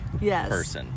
Yes